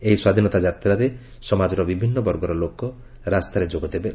ଏହି ସ୍ୱାଧୀନତା ଯାତ୍ରାରେ ସମାଜର ବିଭିନ୍ନ ବର୍ଗର ଲୋକ ରାସ୍ତାରେ ଯୋଗ ଦେବେ